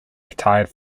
retired